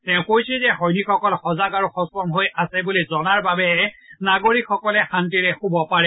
তেওঁ কয় যে সৈনিকসকল সজাগ আৰু সষ্টম হৈ আছে বুলি জনাৰ বাবেহে নাগিৰকসকলেহে শান্তিৰে শুব পাৰে